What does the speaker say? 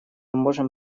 можем